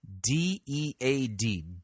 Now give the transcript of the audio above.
D-E-A-D